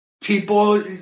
people